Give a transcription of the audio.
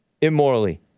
immorally